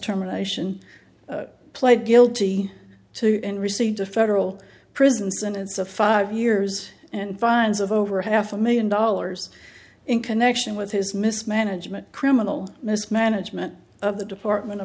terminations pled guilty to and received a federal prison sentence of five years and fines of over half a million dollars in connection with his mismanagement criminal mismanagement of the department of